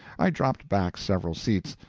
i dropped back several seats,